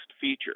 feature